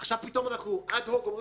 תוך שישה חודשים יש בחירות המערכת אסור לה